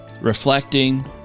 reflecting